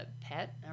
pet